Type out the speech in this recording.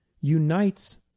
unites